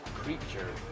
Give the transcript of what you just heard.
creature